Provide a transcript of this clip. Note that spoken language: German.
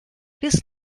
bis